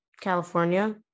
California